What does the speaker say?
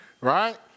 Right